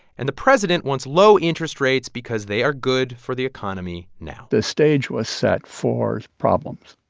and the president wants low interest rates because they are good for the economy now the stage was set for problems.